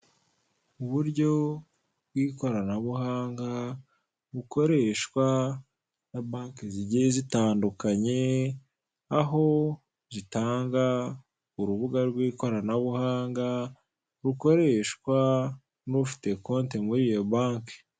Uburyo bw'ikoranabuhanga bukoreshwa na banki zigiye zitandukanye, aho zitanga urubuga rw'ikoranabuhanga, rukoreshwa n'ufite konti muri iyo banki.